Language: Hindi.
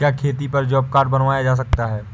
क्या खेती पर जॉब कार्ड बनवाया जा सकता है?